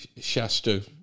Shasta